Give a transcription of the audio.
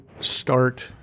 start